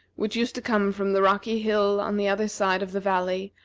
which used to come from the rocky hill on the other side of the valley,